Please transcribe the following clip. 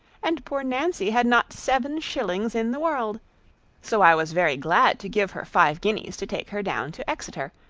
and poor nancy had not seven shillings in the world so i was very glad to give her five guineas to take her down to exeter,